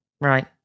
Right